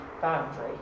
boundary